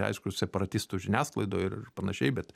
aišku separatistų žiniasklaidoj ir panašiai bet